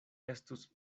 estus